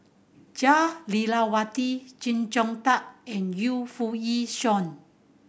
Jah Lelawati Chee Zhong Tat and Yu Foo Yee Shoon